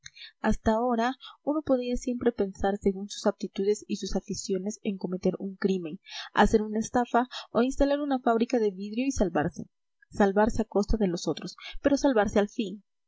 hasta ahora uno podía siempre pensar según sus aptitudes o sus aficiones en cometer un crimen hacer una estafa o instalar una fábrica de vidrio y salvarse salvarse a costa de los otros pero salvarse al fin